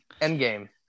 Endgame